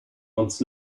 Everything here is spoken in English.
months